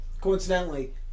coincidentally